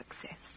success